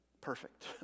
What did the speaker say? perfect